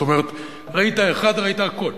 זאת אומרת, ראית אחד ראית הכול.